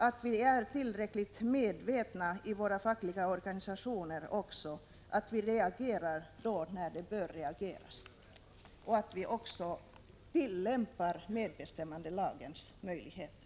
Vi måste vara tillräckligt medvetna också i våra fackliga organisationer, så att också vi reagerar när vi bör reagera och att vi tillämpar medbestämmandelagens möjligheter.